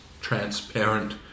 transparent